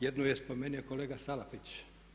Jednu je spomenuo kolega Salapić.